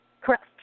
Correct